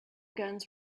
guns